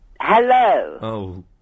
Hello